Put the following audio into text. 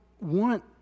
want